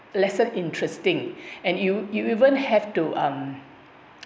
lesson interesting and you you even have to um